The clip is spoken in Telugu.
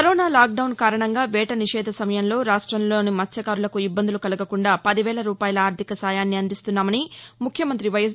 కరోనా లాక్ డౌస్ కారణంగా వేట నిషేధ సమయంలో రాష్ట్రంలోని మత్స్యకారులకు ఇబ్బందులు కలగకుండా పది వేల రూపాయల ఆర్థిక సాయాన్ని అందిస్తున్నామని ముఖ్యమంత్రి వైఎస్